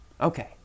Okay